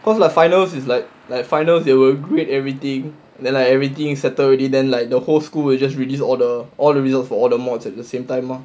'because like finals is like like finals they will grade everything then like everything settled already then like the whole school will just released all the all the results for all the modules at the same time mah